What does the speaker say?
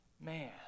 man